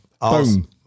Boom